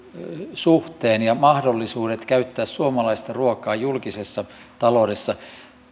suhteen ja mahdollisuudet käyttää suomalaista ruokaa julkisessa taloudessa